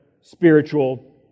spiritual